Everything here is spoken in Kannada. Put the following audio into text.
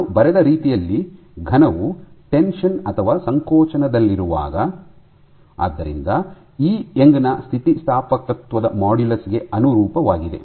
ನಾನು ಬರೆದ ರೀತಿಯಲ್ಲಿ ಘನವು ಟೆನ್ಶನ್ ಅಥವಾ ಸಂಕೋಚನದಲ್ಲಿರುವಾಗ ಆದ್ದರಿಂದ ಇ ಯಂಗ್ ನ ಸ್ಥಿತಿಸ್ಥಾಪಕತ್ವದ ಮಾಡ್ಯುಲಸ್ ಗೆ ಅನುರೂಪವಾಗಿದೆ